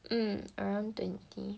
mm around twenty